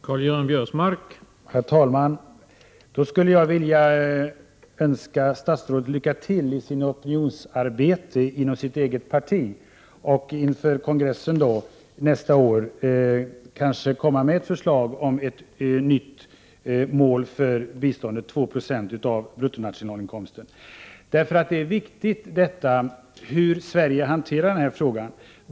Herr talman! Jag skulle vilja önska statsrådet lycka till i sitt opinionsarbete inom sitt eget parti. Inför kongressen nästa år kan hon kanske komma med förslag om ett nytt mål för biståndet, dvs. 2 70 av bruttonationalinkomsten. Det är viktigt hur Sverige hanterar denna fråga.